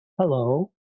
hello